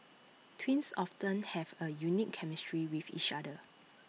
twins often have A unique chemistry with each other